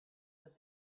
that